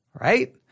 Right